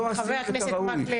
לא עשיתם את הראוי.